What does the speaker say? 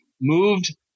Moved